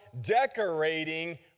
decorating